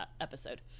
episode